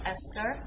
Esther